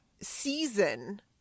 season